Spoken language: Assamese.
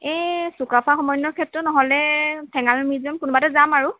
এই চুকাফা সমন্বয় ক্ষেত্ৰ নহ'লে ঠেঙাল মিউজিয়াম কোনোবা এটাত যাম আৰু